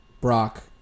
Brock